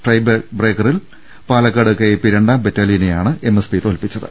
tie ബ്രേക്കറിൽ Palakkad K A P രണ്ടാം ബറ്റാലിയനെയാണ് എം എസ് പി തോൽപ്പിച്ചത്